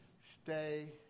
stay